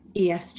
ESG